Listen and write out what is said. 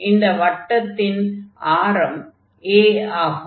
இந்த வட்டத்தின் ஆரம் a ஆகும்